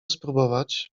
spróbować